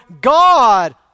God